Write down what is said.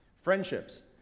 Friendships